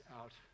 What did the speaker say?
out